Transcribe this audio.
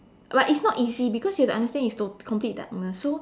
but it's not easy because you have to understand it's tot~ complete darkness so